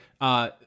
uh-